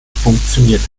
funktioniert